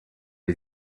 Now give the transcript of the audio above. die